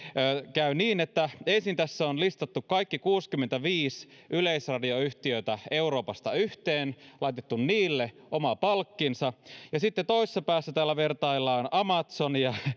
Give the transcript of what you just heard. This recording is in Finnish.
käy niin että ensin tässä on listattu kaikki kuusikymmentäviisi yleisradioyhtiötä euroopasta yhteen ja laitettu niille oma palkkinsa ja sitten toisessa päässä täällä vertaillaan amazonia